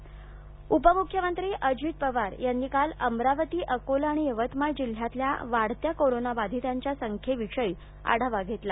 अजित पवार उपमुख्यमंत्री अजित पवार यांनी काल अमरावती अकोला आणि यवतमाळ जिल्ह्यातल्या वाढत्या कोरोनाबाधितांच्या संख्येविषयी आढावा घेतला